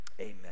Amen